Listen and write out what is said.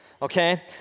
okay